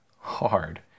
hard